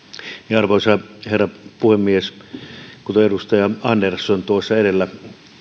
arvoisa herra puhemies edustaja andersson tuossa edellä